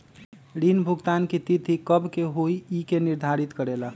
ऋण भुगतान की तिथि कव के होई इ के निर्धारित करेला?